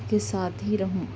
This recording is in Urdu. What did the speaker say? کے ساتھ ہی رہوں